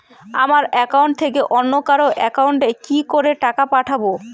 আমার একাউন্ট থেকে অন্য কারো একাউন্ট এ কি করে টাকা পাঠাবো?